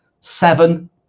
seven